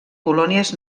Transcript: colònies